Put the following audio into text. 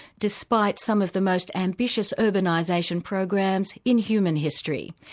despite some of the most ambitious urbanisation programs in human history.